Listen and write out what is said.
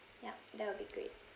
yup that will be great